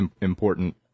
Important